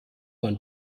man